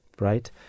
right